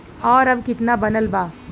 और अब कितना बनल बा?